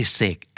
sick